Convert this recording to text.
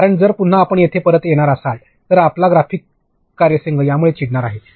कारण जर पुन्हा आपण येथे परत येणार असाल तर आपला ग्राफिक कार्यसंघ त्यामुळे चिडणार आहेत